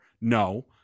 No